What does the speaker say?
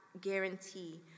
guarantee